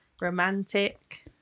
Romantic